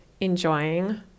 enjoying